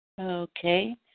Okay